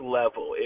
level